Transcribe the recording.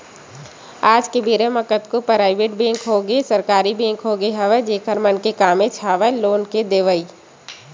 आज के बेरा म कतको पराइवेट बेंक होगे सरकारी बेंक होगे हवय जेखर मन के कामेच हवय लोन के देवई